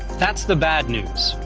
that's the bad news.